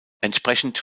entsprechend